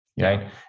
right